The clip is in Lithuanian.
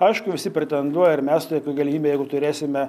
aišku visi pretenduoja ir mes galimybę jeigu turėsime